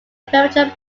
premature